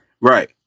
Right